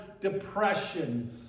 depression